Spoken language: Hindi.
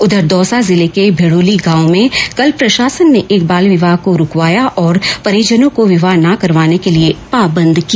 उधर दौसा जिले के मेडोली गांव में कल प्रशासन ने एक बाल विवाह को रूकवाया और परिजनों को विवाह ना करवाने के लिए पाबंद किया